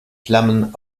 flammen